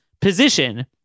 position